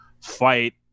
fight